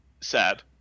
sad